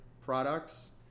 products